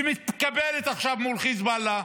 שמתקפלת עכשיו מול חיזבאללה,